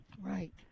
Right